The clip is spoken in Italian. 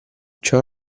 ciò